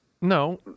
No